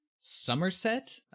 Somerset